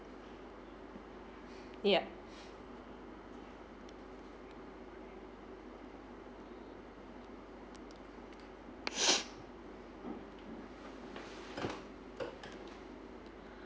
ya